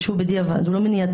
שהוא בדיעבד, הוא לא מניעתי.